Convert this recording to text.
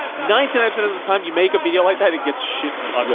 ninety nine percent of the time you make a video like that, it get shit views.